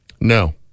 No